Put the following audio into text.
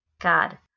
God